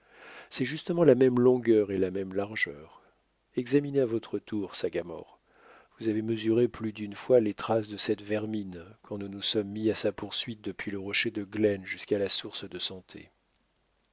c'est justement la même longueur et la même largeur examinez à votre tour sagamore vous avez mesuré plus d'une fois les traces de cette vermine quand nous nous sommes mis à sa poursuite depuis le rocher de glenn jusqu'à la source de santé